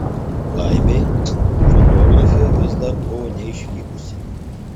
laimei fotografė vis dar buvo neišvykusi